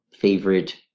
favorite